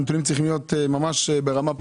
הנתונים צריכים להיות ברמה פרטנית.